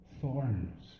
thorns